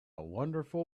wonderful